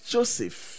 Joseph